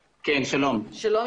שלום,